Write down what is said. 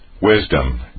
wisdom